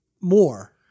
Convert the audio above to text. more